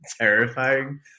terrifying